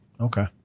Okay